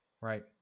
Right